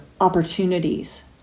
opportunities